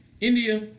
india